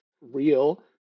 real